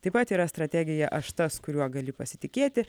taip pat yra strategija aš tas kuriuo gali pasitikėti